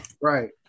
Right